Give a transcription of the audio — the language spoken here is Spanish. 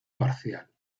parcial